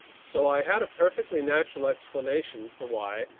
so i had a perfectly natural explanation for why,